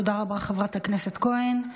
תודה רבה, חברת הכנסת כהן.